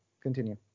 continue